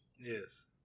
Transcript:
Yes